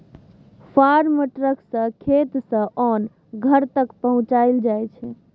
farm truck सँ खेत सँ ओन घर तक पहुँचाएल जाइ छै